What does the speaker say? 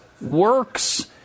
works